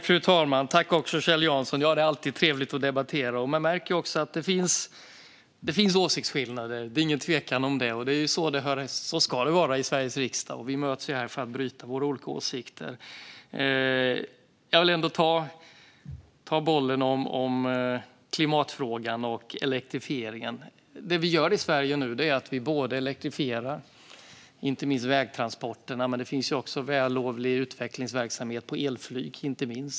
Fru talman! Ja, det är alltid trevligt att debattera. Det finns utan tvekan åsiktsskillnader, och så ska det vara i Sveriges riksdag. Vi möts ju här för att bryta våra olika åsikter. Jag vill ändå ta bollen om klimatfrågan och elektrifieringen. Det vi gör i Sverige är att elektrifiera inte minst vägtransporterna, men det finns också vällovlig utvecklingsverksamhet av elflyg.